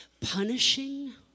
punishing